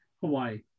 Hawaii